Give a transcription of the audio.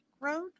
Road